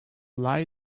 lie